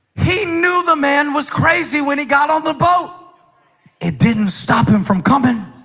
he knew the man was crazy when he got on the boat it didn't stop him from coming